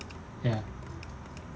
ya